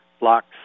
blocks